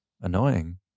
annoying